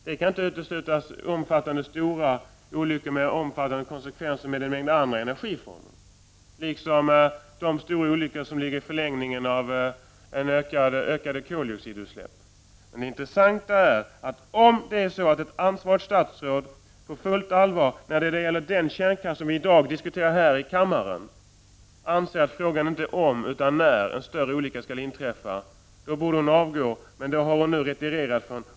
Det kan inte uteslutas att stora olyckor med omfattande konsekvenser inträffar med en mängd andra energiformer, liksom de stora olyckor som ligger i förlängningen av ökade koldioxidutsläpp. Men det intressanta är att om ett ansvarigt statsråd på fullt allvar när det gäller den kärnkraft som vi diskuterar i dag anser att frågan inte är om utan när en större olycka skall inträffa, så borde hon avgå. På den punkten har hon nu retirerat.